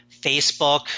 Facebook